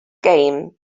game